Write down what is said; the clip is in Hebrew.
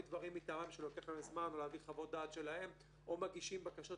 דברים מטעמם שלוקח להם זמן או להעביר חוות דעת שלהם או מגישים בקשות